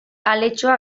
aletxoa